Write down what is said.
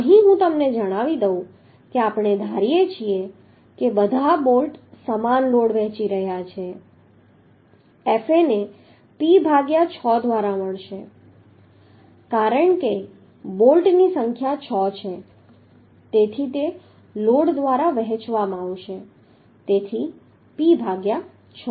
અહીં હું તમને જણાવી દઉં કે આપણે ધારીએ છીએ કે બધા બોલ્ટ સમાન લોડ વહેંચી રહ્યાં છે Fa ને P ભાગ્યા 6 દ્વારા મળશે કારણ કે બોલ્ટ ની સંખ્યા 6 છે તેથી તે લોડ દ્વારા વહેંચવામાં આવશે તેથી P ભાગ્યા 6